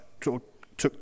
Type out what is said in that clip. took